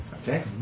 Okay